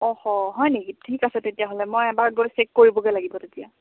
হয় নেকি ঠিক আছে তেতিয়াহ'লে মই এবাৰ গৈ চেক কৰিবগৈ লাগিব তেতিয়া